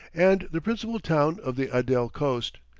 and the principal town of the adel coast,